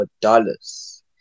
dollars